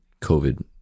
COVID